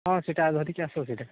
ହଁ ସେଇଟା ଧରିକି ଆସ ସେଇଟା